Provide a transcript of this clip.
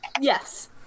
Yes